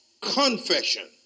confession